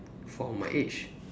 for my age